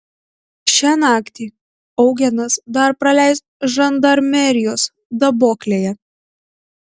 šią naktį eugenas dar praleis žandarmerijos daboklėje